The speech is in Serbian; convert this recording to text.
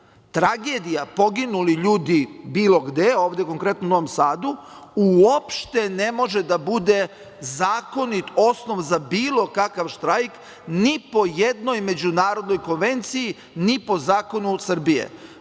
tragedija poginuli ljudi bilo gde ovde konkretno u Novom Sadu uopšte ne može da bude zakonit osnov za bilo kakav štrajk, ni po jednoj Međunarodnoj konvenciji, ni po zakonu Srbije.